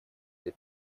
для